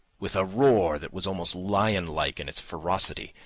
with a roar that was almost lionlike in its ferocity,